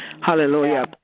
Hallelujah